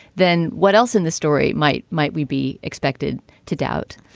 then what else in the story might might we be expected to doubt?